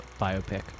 biopic